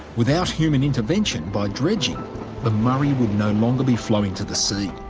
without human intervention by dredging the murray would no longer be flowing to the sea.